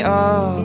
up